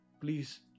Please